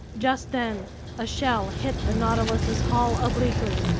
just then a shell hit the nautilus's hull obliquely,